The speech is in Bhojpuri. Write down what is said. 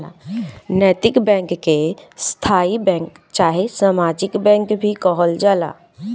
नैतिक बैंक के स्थायी बैंक चाहे सामाजिक बैंक भी कहल जाला